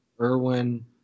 Irwin